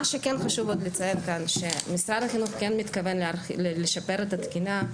מה שכן עוד חשוב לציין כאן שמשרד החינוך כן מתכוון לשפר את התקינה.